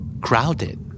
Crowded